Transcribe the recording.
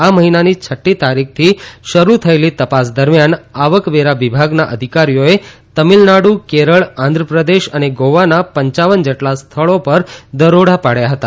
આ મહિનાની છઠ્ઠી તારીખથી શરૂ થયેલી તપાસ દરમ્યાન આવકવેરા વિભાગના અધિકારીઓએ તમિલનાડુ કેરળ આંધ્રપ્રદેશ અને ગોવાના પપ જેટલા સ્થળો પર દરોડા પાડ્યા હતા